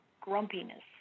grumpiness